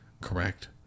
correct